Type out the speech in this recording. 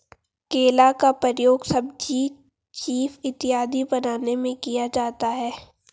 केला का प्रयोग सब्जी चीफ इत्यादि बनाने में किया जाता है